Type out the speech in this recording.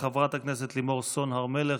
חברת הכנסת לימור סון הר מלך,